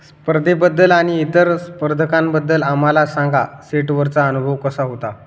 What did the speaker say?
स्पर्धेबद्दल आणि इतर स्पर्धकांबद्दल आम्हाला सांगा सेटवरचा अनुभव कसा होता